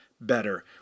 better